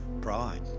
pride